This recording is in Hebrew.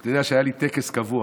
היה לי טקס קבוע: